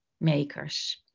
makers